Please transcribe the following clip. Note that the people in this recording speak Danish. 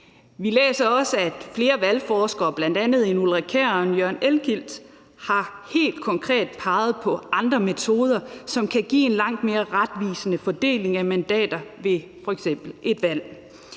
vi læser også, at flere valgforskere, bl.a. Ulrik Kjær og Jørgen Elklit, helt konkret har peget på andre metoder, som kan give en langt mere retvisende fordeling af mandater ved f.eks. et valg.